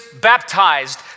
baptized